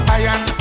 iron